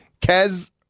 Kaz